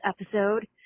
episode